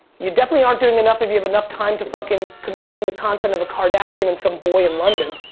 you definitely aren't doing enough if you have enough time to fucking consume the content of a kardashian and some boy in london.